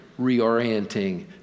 reorienting